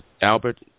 Albert